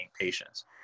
patients